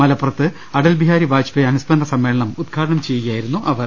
മലപ്പുറത്ത് അടൽ ബിഹാരി വാജ്പേയ് അനുസ്മരണ സമ്മേളനം ഉദ്ഘാടനം ചെയ്യുകയായിരുന്നു അവർ